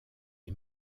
est